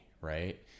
right